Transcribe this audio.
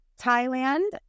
thailand